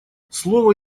слово